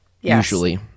usually